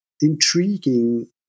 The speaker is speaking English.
intriguing